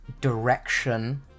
direction